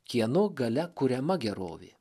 kieno galia kuriama gerovė